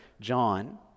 John